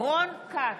בעד רון כץ,